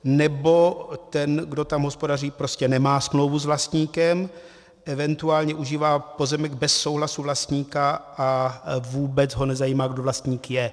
Nebo ten, kdo tam hospodaří, prostě nemá smlouvu s vlastníkem, eventuálně užívá pozemek bez souhlasu vlastníka a vůbec ho nezajímá, kdo vlastník je.